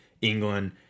England